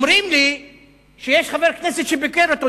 אומרים לי שיש חבר כנסת שביקר אותו,